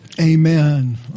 Amen